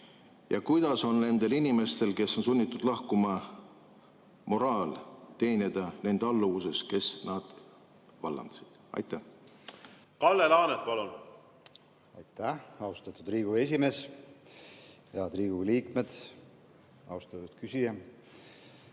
Ja kuidas on nendel inimestel, kes on sunnitud lahkuma, moraal teenida nende alluvuses, kes nad vallandasid? Kalle Laanet, palun! Kalle Laanet, palun! Aitäh, austatud Riigikogu esimees! Head Riigikogu liikmed! Austatud küsija!